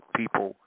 people